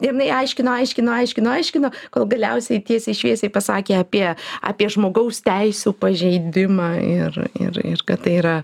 jinai aiškino aiškino aiškino aiškino kol galiausiai tiesiai šviesiai pasakė apie apie žmogaus teisių pažeidimą ir ir ir kad tai yra